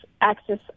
access